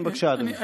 בבקשה, אדוני.